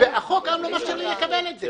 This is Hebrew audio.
החוק היום לא מאפשר לי לקבל את זה.